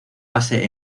base